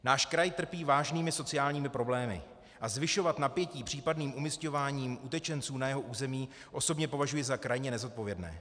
Náš kraj trpí vážnými sociálními problémy a zvyšovat napětí případným umísťováním utečenců na jeho území osobně považuji za krajně nezodpovědné.